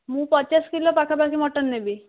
ମୁଁ ପଚାଶ କିଲୋ ପାଖାପାଖି ମଟନ୍ ନେବି